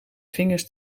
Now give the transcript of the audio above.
vingers